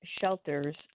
shelters